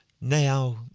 Now